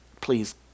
please